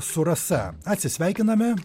su rasa atsisveikiname